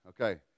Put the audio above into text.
Okay